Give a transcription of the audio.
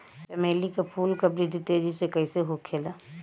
चमेली क फूल क वृद्धि तेजी से कईसे होखेला?